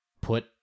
put